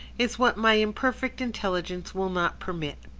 is what my imperfect intelligence will not permit.